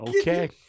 okay